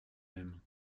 même